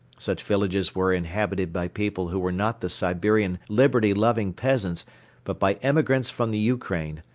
such villages were inhabited by people who were not the siberian liberty-loving peasants but by emigrants from the ukraine,